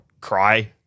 cry